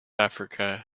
africa